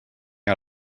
out